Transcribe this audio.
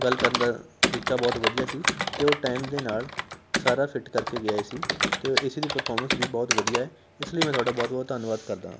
ਗੱਲ ਕਰਨ ਦਾ ਤਰੀਕਾ ਬਹੁਤ ਵਧੀਆ ਸੀ ਅਤੇ ਉਹ ਟਾਇਮ ਦੇ ਨਾਲ ਸਾਰਾ ਫਿੱਟ ਕਰਕੇ ਗਿਆ ਏ ਸੀ ਅਤੇ ਉਹ ਏ ਸੀ ਦੀ ਪਰਫੋਰਮੈਂਸ ਵੀ ਬਹੁਤ ਵਧੀਆ ਹੈ ਇਸ ਲਈ ਮੈਂ ਤੁਹਾਡਾ ਬਹੁਤ ਬਹੁਤ ਧੰਨਵਾਦ ਕਰਦਾ ਹਾਂ